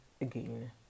again